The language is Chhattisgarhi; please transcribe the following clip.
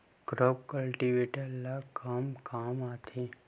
क्रॉप कल्टीवेटर ला कमा काम आथे?